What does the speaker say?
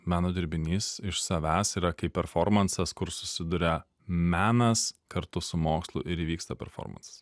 meno dirbinys iš savęs yra kaip performansas kur susiduria menas kartu su mokslu ir įvyksta performansas